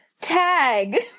Tag